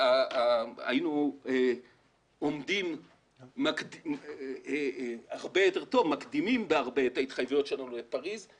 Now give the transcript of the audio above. היינו עומדים הרבה יותר טוב ומקדימים בהרבה את ההתחייבויות שלנו בפריס.